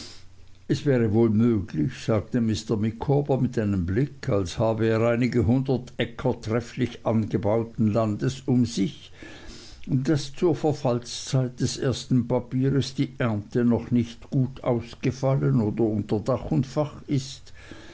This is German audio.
es wäre wohl möglich sagte mr micawber mit einem blick als habe er einige hundert äcker trefflich angebauten landes um sich daß zur verfallzeit des ersten papieres die ernte noch nicht gut ausgefallen oder unter dach und fach ist